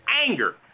anger